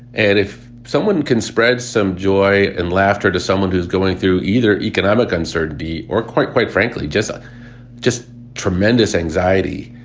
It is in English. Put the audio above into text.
and if someone can spread some joy and laughter to someone who is going through either economic uncertainty or quite, quite frankly, just just tremendous anxiety,